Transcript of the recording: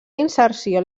inserció